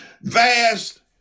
vast